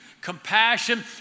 Compassion